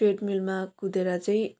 ट्रेडमिलमा कुदेर चाहिँ